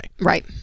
Right